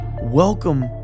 Welcome